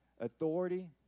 authority